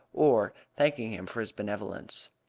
or thanking him for his benevolence.